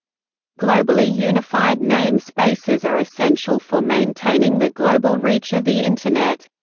globally unified name spaces are essential for maintaining the global reach of the internet.